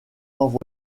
envoyés